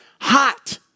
hot